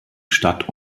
stadt